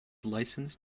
licensed